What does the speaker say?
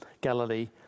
Galilee